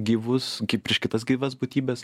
gyvus kaip prieš kitas gyvas būtybes